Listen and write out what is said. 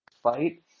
fight